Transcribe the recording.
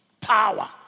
power